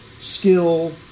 skill